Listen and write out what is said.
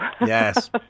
yes